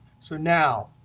so now,